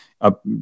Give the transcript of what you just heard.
up